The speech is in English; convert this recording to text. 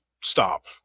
stop